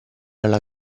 alla